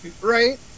right